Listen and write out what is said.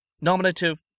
nominative